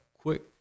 quick